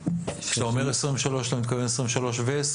כשאתה אומר 2023 אתה מתכוון 2023 ו-2024?